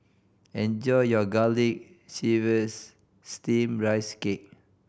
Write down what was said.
enjoy your Garlic Chives Steamed Rice Cake